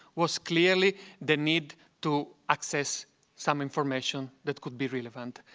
was clearly the need to access some information that could be relevant.